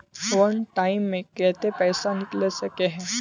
वन time मैं केते पैसा निकले सके है?